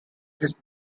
his